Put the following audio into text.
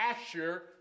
Asher